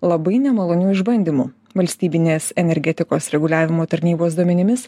labai nemaloniu išbandymu valstybinės energetikos reguliavimo tarnybos duomenimis